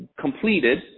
completed